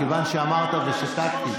מכיוון שאמרת ושתקתי,